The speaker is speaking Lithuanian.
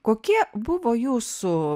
kokie buvo jūsų